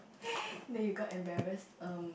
that you got embarrassed um